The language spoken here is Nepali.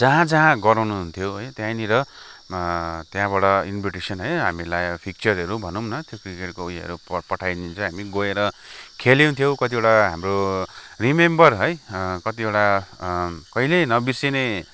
जहाँ जहाँ गराउनु हुन्थ्यो है त्यहीँनिर त्यहाँबाट इन्भिटेसन् है हामीलाई फिक्चरहरू भनौँ न त्यो क्रिकेटको उयोहरू पठाइदिन्थ्यो हामी गएर खेलिन्थ्यो कतिवटा हाम्रो रिमेम्बर है कतिवटा कहिले नबिर्सिने